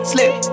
Slip